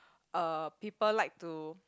uh people like to